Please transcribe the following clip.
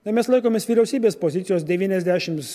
na mes laikomės vyriausybės pozicijos devyniasdešims